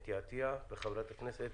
חברת הכנסת אתי עטייה וחברת הכנסת